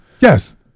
yes